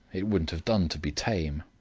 it wouldn't have done to be tame.